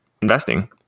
investing